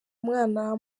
umwana